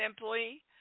simply